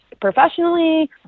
professionally